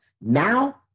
now